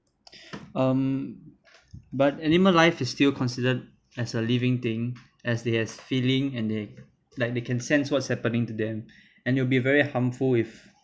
um but animal life is still considered as a living thing as they has feeling and they like they can sense what's happening to them and it'll be very harmful if